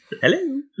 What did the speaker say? Hello